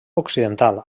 occidental